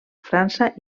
frança